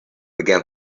began